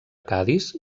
cadis